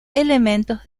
elementos